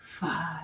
five